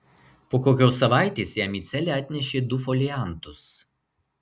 po kokios savaitės jam į celę atnešė du foliantus